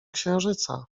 księżyca